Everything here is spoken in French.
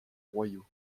royaux